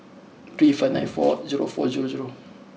three five nine four zero four zero zero